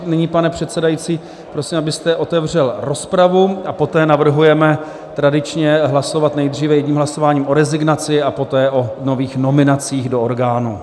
Nyní, pane předsedající, prosím, abyste otevřel rozpravu, a poté navrhujeme tradičně hlasovat nejdříve jedním hlasováním o rezignaci a poté o nových nominacích do orgánů.